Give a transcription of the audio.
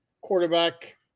quarterback